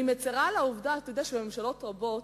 אני מצרה על העובדה, ממשלות רבות